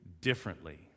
differently